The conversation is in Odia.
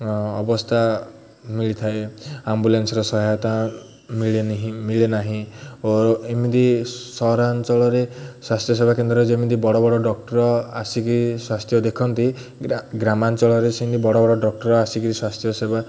ଅବସ୍ଥା ମିଳିଥାଏ ଆମ୍ବୁଲାନ୍ସର ସହାୟତା ମିଳେନାହିଁ ମିଳେନାହିଁ ଓ ଏମିତି ସହରାଞ୍ଚଳରେ ସ୍ୱାସ୍ଥ୍ୟ ସେବା କେନ୍ଦ୍ରରେ ଯେମିତି ବଡ଼ ବଡ଼ ଡକ୍ଟର୍ ଆସିକି ସ୍ୱାସ୍ଥ୍ୟ ଦେଖନ୍ତି ଗ୍ରାମାଞ୍ଚଳରେ ସେମିତି ବଡ଼ ବଡ଼ ଡକ୍ଟର୍ ଆସିକି ସ୍ୱାସ୍ଥ୍ୟ ସେବା